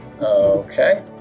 Okay